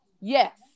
Yes